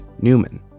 Newman